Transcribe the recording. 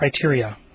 criteria